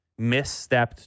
misstepped